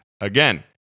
again